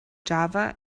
java